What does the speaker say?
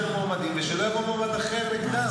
מועמדים ושלא יבוא מועמד אחר נגדם.